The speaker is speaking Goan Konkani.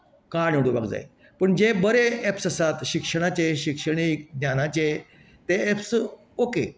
काडून उडोवपाक जाय पूण जे बरें एप्स आसात शिक्षणाचे शिक्षणीक ज्ञानाचे तें एप्स ओके